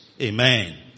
Amen